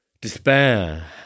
despair